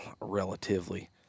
relatively